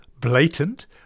blatant